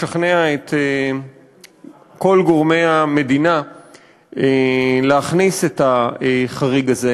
לשכנע את כל גורמי המדינה להכניס את החריג הזה,